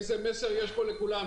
איזה מסר יש פה לכולם?